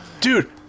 dude